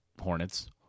Hornets